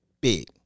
Big